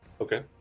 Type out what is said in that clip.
Okay